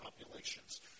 populations